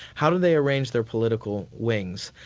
how do they arrange their political wings?